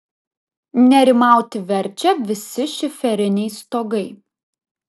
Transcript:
nerimauti verčia visi šiferiniai stogai